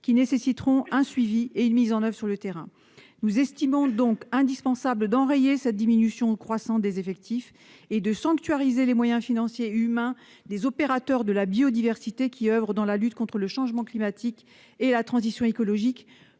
qui nécessiteront un suivi et une mise en oeuvre et sur le terrain, nous estimons donc indispensable d'enrayer cette diminution croissant des effectifs et de sanctuariser les moyens financiers et humains, les opérateurs de la biodiversité qui oeuvrent dans la lutte contre le changement climatique et la transition écologique